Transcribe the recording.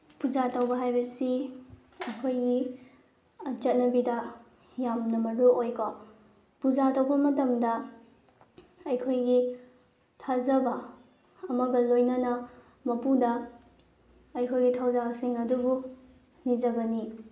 ꯄꯨꯖꯥ ꯇꯧꯕ ꯍꯥꯏꯕꯁꯤ ꯑꯩꯈꯣꯏꯒꯤ ꯆꯠꯅꯕꯤꯗ ꯌꯥꯝꯅ ꯃꯔꯨ ꯑꯣꯏꯀꯣ ꯄꯨꯖꯥ ꯇꯧꯕ ꯃꯇꯝꯗ ꯑꯩꯈꯣꯏꯒꯤ ꯊꯥꯖꯕ ꯑꯃꯒ ꯂꯣꯏꯅꯅ ꯃꯄꯨꯗ ꯑꯩꯈꯣꯏꯒꯤ ꯊꯧꯗꯥꯡꯁꯤꯡ ꯑꯗꯨꯕꯨ ꯅꯤꯖꯕꯅꯤ